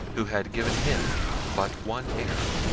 who had given him but one heir.